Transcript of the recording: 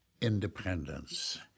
Independence